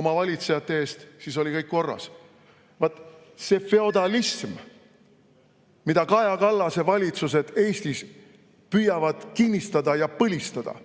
oma valitsejate eest. Siis oli kõik korras. Vaat, see feodalism, mida Kaja Kallase valitsused Eestis püüavad kinnistada ja põlistada,